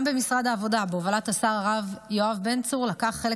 גם משרד העבודה בהובלת השר הרב יואב בן צור לקח חלק